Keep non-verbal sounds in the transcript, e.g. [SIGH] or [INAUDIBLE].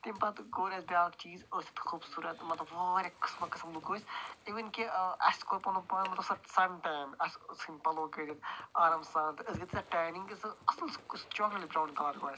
تَمہِ پَتہٕ کوٚر اسہِ بیٛاکھ چیٖز [UNINTELLIGIBLE] خوٗبصوٗرت مطلب واریاہ قٕسمہٕ قٕسمہٕ لوکھ ٲسۍ اِوٕن کہِ ٲں اسہِ کوٚر پَنُن پان مطلب سُہ سَن ٹین اسہِ ژھٕنۍ پَلو کٔڑِتھ آرام سان تہٕ اسہِ گٔے تیٖژاہ ٹینِنٛگ تہٕ اصٕل [UNINTELLIGIBLE]